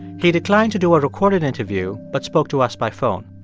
he declined to do a recorded interview, but spoke to us by phone.